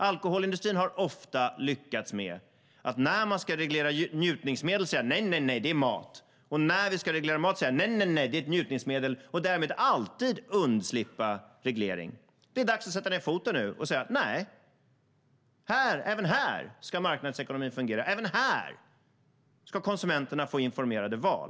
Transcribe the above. Alkoholindustrin har ofta lyckats med att kalla det mat när vi ska reglera njutningsmedel och njutningsmedel när vi ska reglera mat och därmed alltid undsluppit reglering. Nu är det dags att sätta ned foten och säga att även här ska marknadsekonomin fungera och konsumenterna kunna göra informerade val.